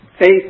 faith